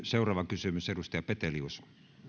seuraava kysymys edustaja petelius